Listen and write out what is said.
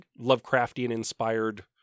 Lovecraftian-inspired